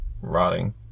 rotting